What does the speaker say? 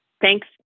Thanks